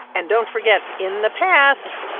and don't forget, in the past,